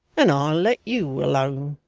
and i'll let you alone